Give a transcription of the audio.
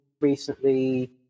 recently